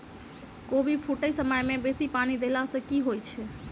कोबी फूटै समय मे बेसी पानि देला सऽ की होइ छै?